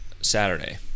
Saturday